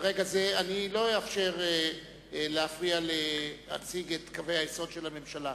מרגע זה אני לא אאפשר להפריע להציג את קווי היסוד של הממשלה.